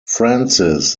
francis